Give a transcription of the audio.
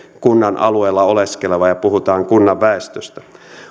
kunnan alueella oleskeleva ja puhutaan kunnan väestöstä